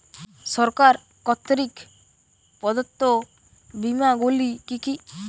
সরকার কর্তৃক প্রদত্ত বিমা গুলি কি কি?